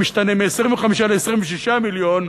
שמשתנה מ-25 ל-26 מיליון,